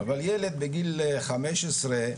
אבל ילד בגיל חמש עשרה,